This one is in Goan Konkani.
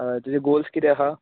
हय तूजे गोल्स किते हा